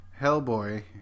hellboy